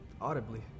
audibly